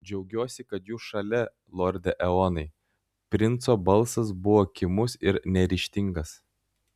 džiaugiuosi kad jūs šalia lorde eonai princo balsas buvo kimus ir neryžtingas